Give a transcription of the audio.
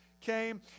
Came